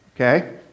okay